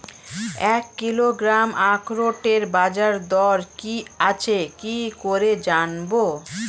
এক কিলোগ্রাম আখরোটের বাজারদর কি আছে কি করে জানবো?